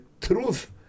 truth